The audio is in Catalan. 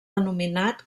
denominat